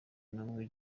n’umwe